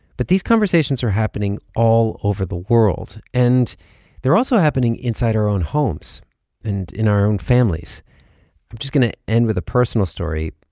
but these conversations are happening all over the world, and they're also happening inside our own homes and in our own families i'm just going to end with a personal story.